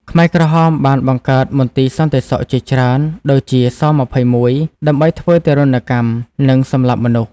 ខ្មែរក្រហមបានបង្កើតមន្ទីរសន្តិសុខជាច្រើន (ដូចជា ស-២១) ដើម្បីធ្វើទារុណកម្ម និងសម្លាប់មនុស្ស។